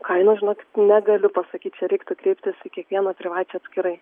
kainos žinokit negaliu pasakyt čia reiktų kreiptis į kiekvieną privačią atskirai